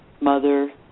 mother